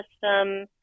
system